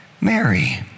Mary